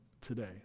today